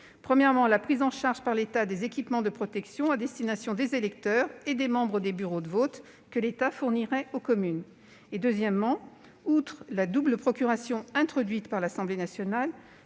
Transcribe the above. Premièrement, l'État prendrait en charge les équipements de protection à destination des électeurs et des membres des bureaux de vote, et s'occuperait de fournir les communes. Deuxièmement, outre la double procuration introduite par l'Assemblée nationale,